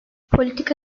politika